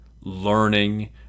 learning